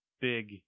big